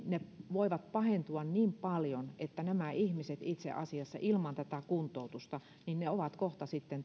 voivat pahentua niin paljon että itse asiassa nämä ihmiset ilman tätä kuntoutusta ovat sitten